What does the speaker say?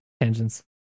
tangents